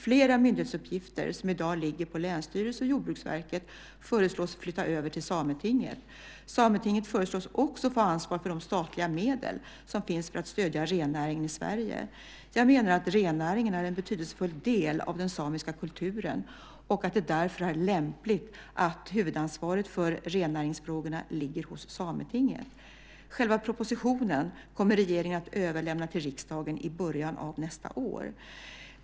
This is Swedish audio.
Flera myndighetsuppgifter som i dag ligger på länsstyrelser och Jordbruksverket föreslås flytta över till Sametinget. Sametinget föreslås också få ansvar för de statliga medel som finns för att stödja rennäringen i Sverige. Jag menar att rennäringen är en betydelsefull del av den samiska kulturen och att det därför är lämpligt att huvudansvaret för rennäringsfrågorna ligger hos Sametinget. Själva propositionen kommer regeringen att överlämna till riksdagen i början av nästa år.